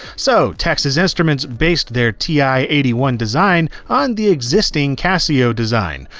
so, texas instruments based their ti eighty one design on the existing casio design,